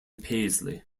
paisley